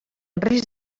risc